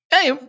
hey